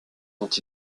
dont